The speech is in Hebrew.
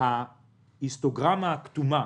בהיסטוגרמה הכתומה